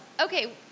okay